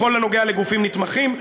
בכל הנוגע לגופים נתמכים,